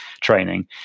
training